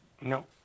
No